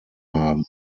haben